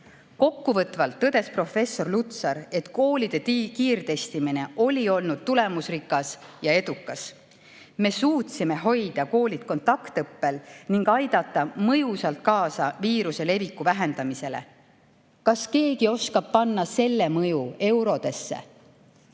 Kokkuvõtvalt tõdes professor Lutsar, et koolide kiirtestimine on olnud tulemusrikas ja edukas. Me suutsime hoida koolid kontaktõppel ning aidata mõjusalt kaasa viiruse leviku vähendamisele. Kas keegi oskab panna selle mõju eurodesse?